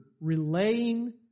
relaying